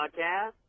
Podcast